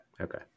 Okay